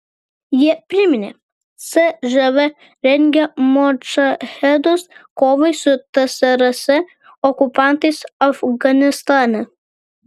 jie priminė cžv rengė modžahedus kovai su tsrs okupantais afganistane